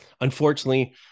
unfortunately